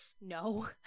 No